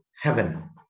heaven